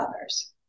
others